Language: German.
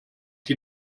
die